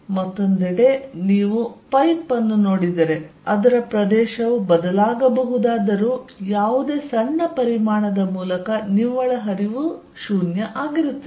ಮತ್ತೊಂದೆಡೆ ನೀವು ಪೈಪ್ ಅನ್ನು ನೋಡಿದರೆ ಅದರ ಪ್ರದೇಶವು ಬದಲಾಗಬಹುದಾದರೂ ಯಾವುದೇ ಸಣ್ಣ ಪರಿಮಾಣದ ಮೂಲಕ ನಿವ್ವಳ ಹರಿವು 0 ಆಗಿರುತ್ತದೆ